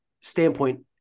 standpoint